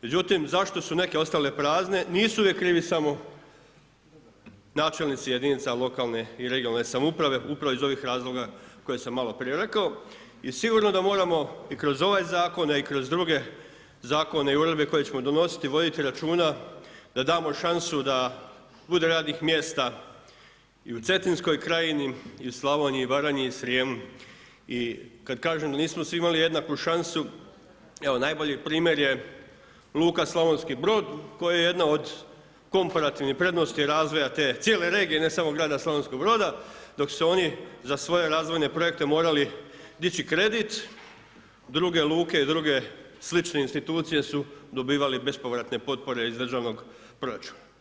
Međutim zašto su neke ostale prazne, nisu uvijek krivi samo načelnici jedinica lokalne i regionalne samouprave upravo iz ovih razloga koje sam maloprije rekao, i sigurno da moramo i kroz ovaj zakon a i kroz druge zakone i uredbe koje ćemo donositi voditi računa da damo šansu da bude radnih mjesta i u Cetinskoj krajini, i u Slavoniji, Baranji i Srijemu i kad kažem da nismo svi imali jednaku šansu, evo najbolji primjer je luka Slavonski Brod kojoj je jedna od komparativnih prednosti razvoja te cijele regije ne samo grada Slavonskog Broda, dok su oni za svoje razvojne projekte morali dići kredit, druge luke i druge slične institucije su dobivali bespovratne potpore iz državnog proračuna.